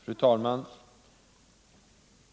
Fru talman!